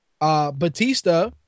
Batista